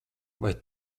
vai